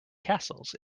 castles